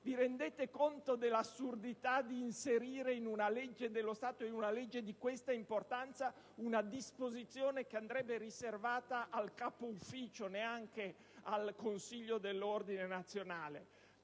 Vi rendete conto dell'assurdità di inserire in una legge dello Stato, e una legge di questa importanza, una disposizione che andrebbe riservata al capo ufficio, neanche al Consiglio dell'ordine nazionale?